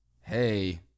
hey